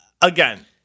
again